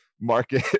market